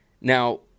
Now